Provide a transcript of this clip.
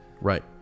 Right